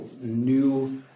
new